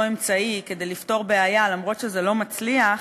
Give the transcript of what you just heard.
אמצעי כדי לפתור בעיה למרות שזה לא מצליח,